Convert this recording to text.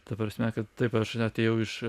ta prasme kad taip aš atėjau iš